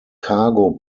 cargo